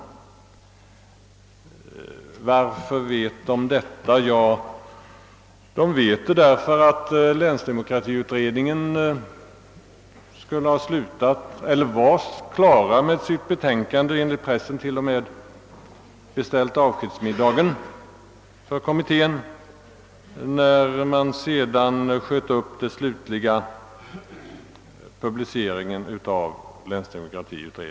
Hur kan de känna till detta problem? Länsdemokratiutredningen hade slutfört sitt arbete och hade enligt pressen t.o.m. beställt avskedsmiddagen, när man beslöt att uppskjuta den slutliga publiceringen av dess betänkande.